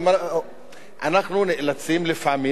אנחנו נאלצים לפעמים,